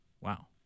Wow